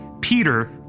Peter